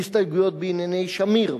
והסתייגויות בענייני שמיר,